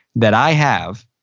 that i have,